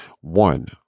One